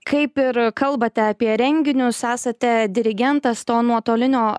kaip ir kalbate apie renginius esate dirigentas to nuotolinio